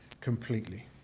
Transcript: completely